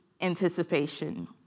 anticipation